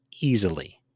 easily